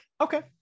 Okay